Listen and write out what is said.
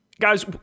guys